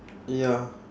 ya